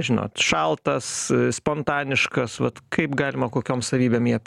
žinot šaltas spontaniškas vat kaip galima kokiom savybėm jie